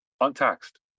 Untaxed